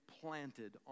planted